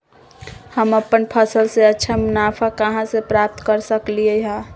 हम अपन फसल से अच्छा मुनाफा कहाँ से प्राप्त कर सकलियै ह?